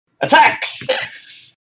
Attacks